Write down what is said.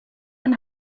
and